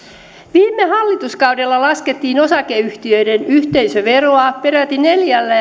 viime hallituskaudella laskettiin osakeyhtiöiden yhteisöveroa peräti neljällä